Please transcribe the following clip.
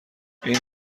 این